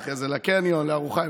ואחרי זה לקניון לארוחה.